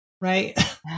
right